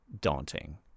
daunting